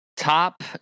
top